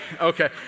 Okay